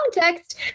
context